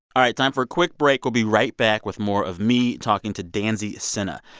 all right, time for a quick break. we'll be right back with more of me talking to danzy senna.